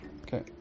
okay